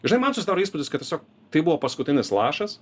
žinai man susidaro įspūdis kad tiesiog tai buvo paskutinis lašas